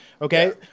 okay